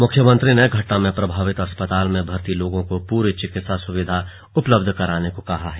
मुख्यमंत्री ने घटना में प्रभावित अस्पताल में भर्ती लोगों को पूरी चिकित्सा सुविधा उपलब्ध कराने को कहा है